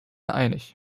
einig